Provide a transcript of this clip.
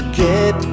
get